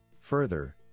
Further